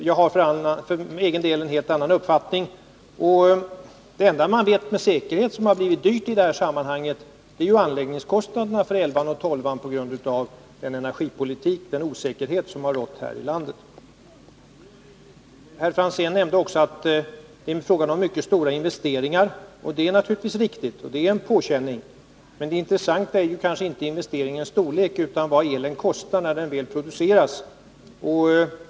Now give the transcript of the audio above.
Jag har för min egen del en helt annan uppfattning. Det enda om vilket man med säkerhet vet att det har blivit dyrt i det här sammanhanget är ju anläggningskostnaderna för aggregaten 11 och 12, som har fördyrats på grund av den ovisshet som har rått här i landet beträffande energipolitiken. Herr Franzén nämnde också att det är fråga om mycket stora investeringar. Det är naturligtvis riktigt, och det är en påkänning, men det intressanta är kanske inte investeringarnas storlek utan vad elkraften kostar när den väl produceras.